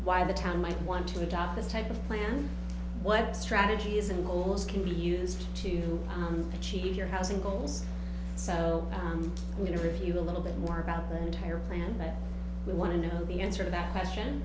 why the town might want to top this type of plan what strategies and goals can be used to achieve your housing goals so i'm going to review a little bit more about the entire plan that we want to know the answer to that question